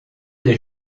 des